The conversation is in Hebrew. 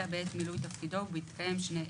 אלא בעת מילוי תפקידו ובהתקיים שני אלה: